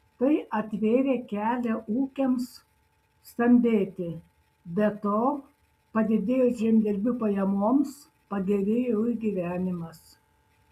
tai atvėrė kelią ūkiams stambėti be to padidėjus žemdirbių pajamoms pagerėjo jų gyvenimas